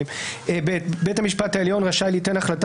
(ב) בית המשפט העליון רשאי ליתן החלטה